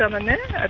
um and then